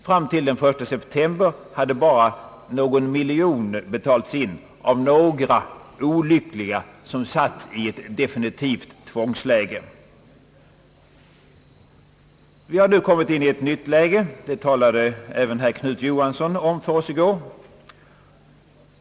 Fram till den 1 september hade bara någon miljon betalats in, av några olyckliga som kommit i ett definitivt tvångsläge. Situationen har nu blivit en annan. Det talade även herr Knut Johansson om för oss i går.